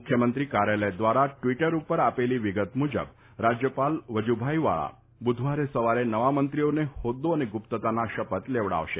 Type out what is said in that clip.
મુખ્યમંત્રી કાર્યાલય દ્વારા ટ્વીટર પર આપેલી વિગત મુજબ રાજયપાલ વજુભાઇ વાળા બુધવારે સવારે નવા મંત્રીઓને હોદ્દો અને ગુપ્તાના શપથ લેવડાવશે